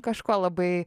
kažkuo labai